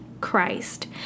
Christ